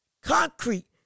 concrete